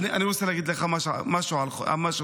אני רוצה להגיד לך משהו על חוצפה.